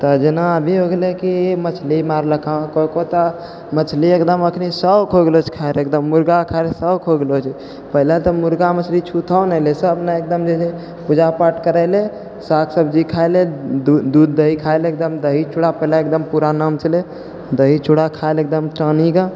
तऽ जेना अभी हो गेलै कि मछरी मारलको कोइ कोइ तऽ मछली एकदम अखनी शौक हो गेलो छै खाइ ले एकदम मुर्गा खाइ ले शौक हो गेलो छै पहिले तऽ मुर्गा मछली छूतो नहि रहै सभ नहि एकदम जे छै पूजा पाठ करै रहै साग सब्जी खाइ ले दूध दही खाइ ले एकदम दही चूड़ा पहिले एकदम पुरानामे छलै दही चूड़ा खाइ ले एकदम टानिके